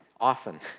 often